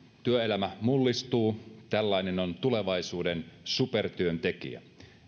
työelämä mullistuu tällainen on tulevaisuuden supertyöntekijä